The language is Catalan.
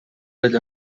ella